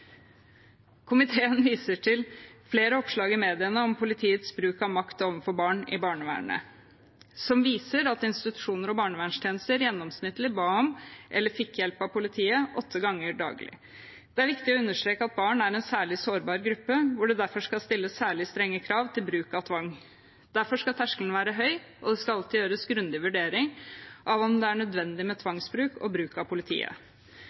Komiteen viser til flere oppslag i mediene om politiets bruk av makt overfor barn i barnevernet som viser at institusjoner og barnevernstjenester gjennomsnittlig ba om eller fikk hjelp av politiet åtte ganger daglig. Det er viktig å understreke at barn er en særlig sårbar gruppe, og at det derfor skal stilles særlig strenge krav til bruk av tvang. Derfor skal terskelen være høy, og det skal alltid gjøres en grundig vurdering av om det er nødvendig med tvangsbruk og bruk av politiet.